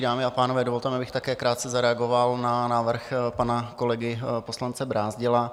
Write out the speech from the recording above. Dámy a pánové, dovolte mi, abych také krátce zareagoval na návrh pana kolegy poslance Brázdila.